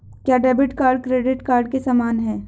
क्या debit card credit card के समान है?